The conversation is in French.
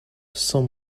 cent